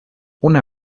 una